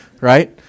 Right